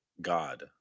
God